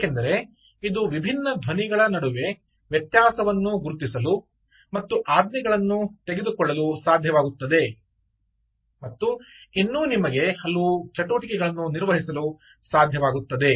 ಏಕೆಂದರೆ ಇದು ವಿಭಿನ್ನ ಧ್ವನಿಗಳ ನಡುವೆ ವ್ಯತ್ಯಾಸವನ್ನು ಗುರುತಿಸಲು ಮತ್ತು ಆಜ್ಞೆಗಳನ್ನು ತೆಗೆದುಕೊಳ್ಳಲು ಸಾಧ್ಯವಾಗುತ್ತದೆ ಮತ್ತು ಇನ್ನೂ ನಿಮಗೆ ಹಲವು ಚಟುವಟಿಕೆ ಗಳನ್ನು ನಿರ್ವಹಿಸಲು ಸಾಧ್ಯವಾಗುತ್ತದೆ